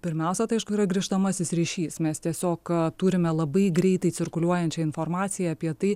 pirmiausia tai aišku yra grįžtamasis ryšys mes tiesiog turime labai greitai cirkuliuojančią informaciją apie tai